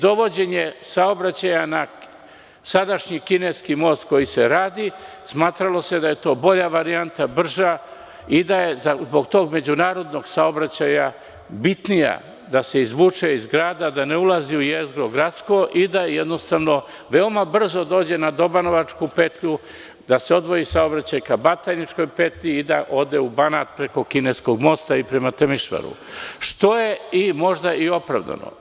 Dovođenjem saobraćaja na sadašnji kineski most, koji se radi, smatralo se da je to bolja varijanta, brža i da je zbog međunarodnog saobraćaja bitnije da se izvuče iz grada, da ne ulazi u gradsko jezgro i da vrlo brzo dođe na Dobanovačku petlju, da se odvoji saobraćaj ka Batajničkoj petlji i da ta petlja ode u Banat preko kineskog mosta i prema Temišvaru, što je možda i opravdano.